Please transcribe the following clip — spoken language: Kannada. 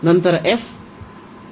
ನಂತರ f 0≤f≤g